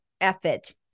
effort